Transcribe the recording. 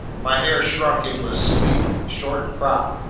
my hair shrunk into a sleek short crop,